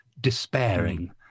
despairing